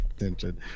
attention